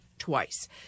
twice